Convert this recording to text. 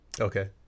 Okay